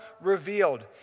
Revealed